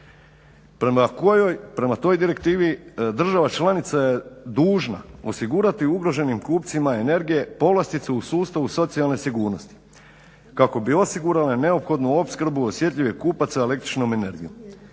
Prema toj direktivi država članica je dužna osigurati ugroženim kupcima energije povlastice u sustavu socijalne sigurnosti kako bi osigurale neophodnu opskrbu osjetljivih kupaca električnom energijom.